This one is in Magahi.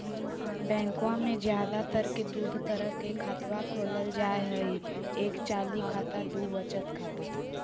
बैंकवा मे ज्यादा तर के दूध तरह के खातवा खोलल जाय हई एक चालू खाता दू वचत खाता